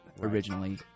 originally